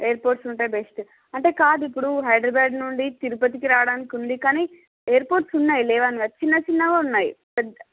airports ఉంటె best అంటే కాదు ఇప్పుడు హ్య్దరాబాద్ నుండి తిరుపతికి రావడానికి ఉంది కానీ ఎయిర్పోర్ట్స్ ఉన్నాయి లేవనట్లేదు కానీ చిన్న చిన్నగా ఉన్నాయి పెద్ద